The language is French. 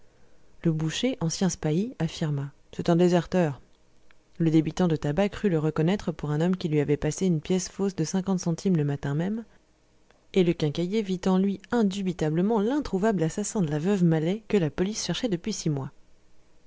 le boucher ancien spahi affirma c'est un déserteur le débitant de tabac crut le reconnaître pour un homme qui lui avait passé une pièce fausse de cinquante centimes le matin même et le quincailler vit en lui indubitablement l'introuvable assassin de la veuve malet que la police cherchait depuis six mois